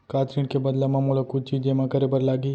का ऋण के बदला म मोला कुछ चीज जेमा करे बर लागही?